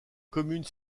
commune